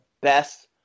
best